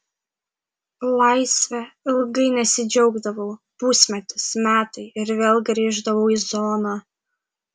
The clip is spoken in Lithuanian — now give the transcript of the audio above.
laisve ilgai nesidžiaugdavau pusmetis metai ir vėl grįždavau į zoną